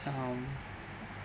um